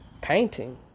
Painting